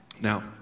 Now